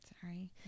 Sorry